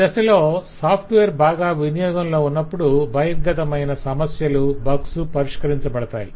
ఈ దశలో సాఫ్ట్వేర్ బాగా వినియోగంలో ఉన్నప్పుడు బహిర్గతమైన సమస్యలు బగ్స్ పరిష్కరించబడతాయి